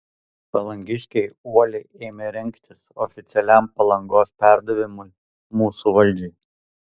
palangiškiai uoliai ėmė rengtis oficialiam palangos perdavimui mūsų valdžiai